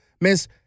Miss